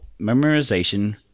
memorization